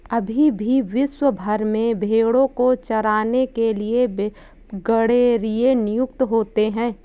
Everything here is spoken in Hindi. अभी भी विश्व भर में भेंड़ों को चराने के लिए गरेड़िए नियुक्त होते हैं